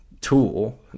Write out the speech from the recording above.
Tool